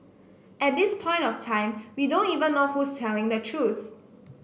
at this point of time we don't even know who's telling the truth